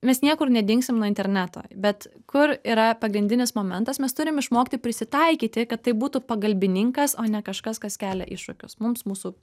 mes niekur nedingsim nuo interneto bet kur yra pagrindinis momentas mes turim išmokti prisitaikyti kad tai būtų pagalbininkas o ne kažkas kas kelia iššūkius mums mūsų